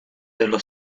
dello